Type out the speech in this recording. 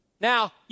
Now